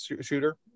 shooter